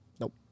Nope